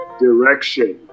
Direction